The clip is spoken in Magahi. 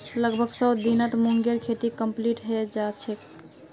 लगभग सौ दिनत मूंगेर खेती कंप्लीट हैं जाछेक